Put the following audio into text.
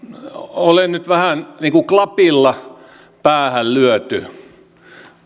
olen nyt vähän niin kuin klapilla päähän lyöty